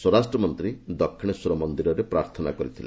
ସ୍ୱରାଷ୍ଟ୍ରମନ୍ତ୍ରୀ ଦକ୍ଷିଣେଶ୍ୱର ମନ୍ଦିରରେ ପ୍ରାର୍ଥନା କରିଥିଲେ